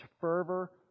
fervor